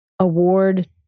award